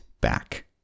back